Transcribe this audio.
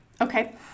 Okay